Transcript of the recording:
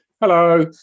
Hello